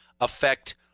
affect